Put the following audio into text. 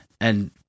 and-